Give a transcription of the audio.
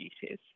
duties